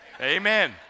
Amen